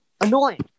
annoying